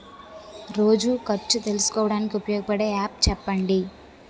రోజు ఖర్చు తెలుసుకోవడానికి ఉపయోగపడే యాప్ చెప్పండీ?